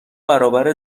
برابر